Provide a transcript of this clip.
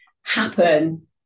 happen